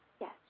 Yes